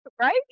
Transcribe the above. Right